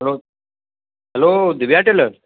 hello hello Divya tailor